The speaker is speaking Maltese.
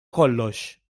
kollox